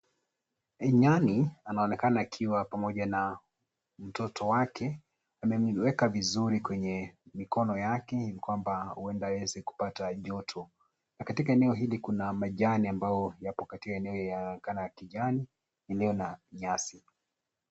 Nyani anaonekana akiwa pamoja na mtoto wake, amemweka vizuri kwenye mikono yake ili kwamba aweze kupata joto na katika eneo hili kuna majani ambayo yapo kati ya eneo inaonekana kijani iliyo na nyasi.